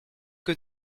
que